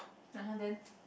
(uh huh) then